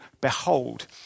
behold